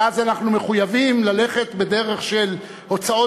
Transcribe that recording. ואז אנחנו מחויבים ללכת בדרך של הוצאות